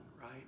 right